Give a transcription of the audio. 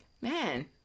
Man